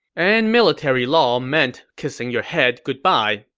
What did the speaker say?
and military law meant kissing your head goodbye.